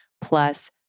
plus